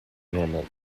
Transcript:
normal